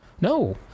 No